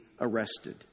arrested